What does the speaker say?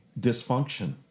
dysfunction